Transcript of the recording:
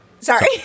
Sorry